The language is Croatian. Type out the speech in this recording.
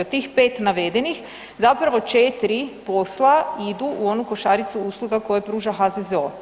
Od tih 5 navedenih, zapravo 4 posla idu u onu košaricu usluga koje pruža HZZO.